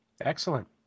Excellent